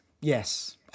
yes